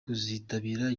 kuzitabira